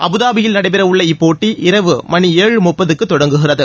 அபுதாபியில் நடைபெறவுள்ள இப்போட்டி இரவு மணி ஏழு தொடங்குகிறது